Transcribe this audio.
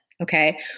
okay